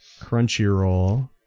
crunchyroll